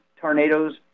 tornadoes